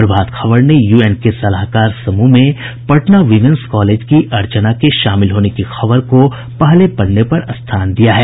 प्रभात खबर ने यूएन के सलाहकार समूह में पटना विमेंस कॉलेज की अर्चना के शामिल होने की खबर को अपने पहले पन्ने पर स्थान दिया है